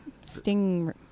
sting